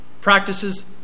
practices